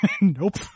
Nope